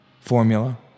formula